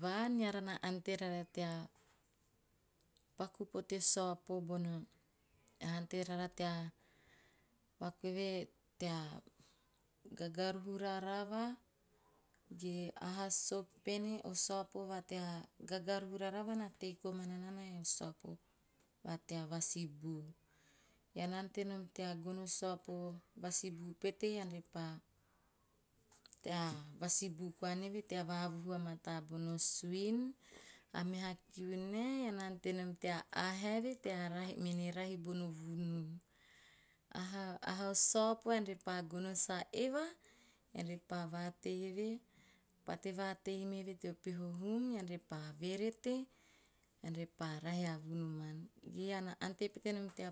Vaan, eara na ante rara tea paku pote o saopo bono, na ante reara tea paku eve tea gagaruhu ravarava, ge aha sosopene. Saopo va tea garuhu rarava na tei komana nana ae o saopo va tea vasi bu. Ean na ante nom tea gono saopo vasibu pet e ean repa va avuhu vamata bono suin a meha kiu nae me ean na ante nom tea aha eve mene rahi bono vunuu. Aha o saopo ean pa gono sa eva, ean repa vatei eve pate vatei eve teo peho hum ean repa verete, ean repa rahi a vunu man. Ge ean na ante pete nom tea